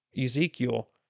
Ezekiel